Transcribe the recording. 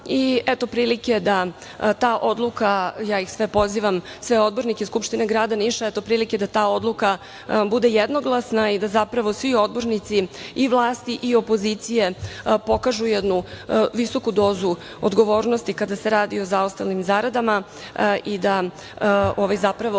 i eto prilike da ta odluka, ja ih sve pozivam, sve odbornike Skupštine grada Niša, bude jednoglasna i da zapravo svi odbornici, i vlasti i opozicije, pokažu jednu visoku dozu odgovornosti kada se radi o zaostalim zaradama i da ovo